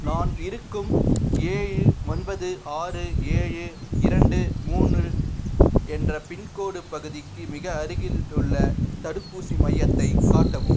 நான் இருக்கும் ஏழு ஒன்பது ஆறு ஏழு இரண்டு மூணு என்ற பின்கோடு பகுதிக்கு மிக அருகிலுள்ள தடுப்பூசி மையத்தை காட்டவும்